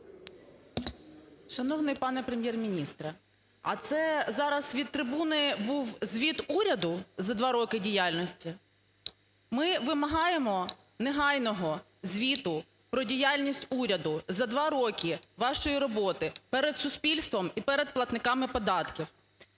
Шановний пане Прем'єр-міністре, а це зараз від трибуни був звіт уряду за 2 роки діяльності? Ми вимагаємо негайного звіту про діяльність уряду за 2 роки вашої роботи перед суспільством і перед платниками податків.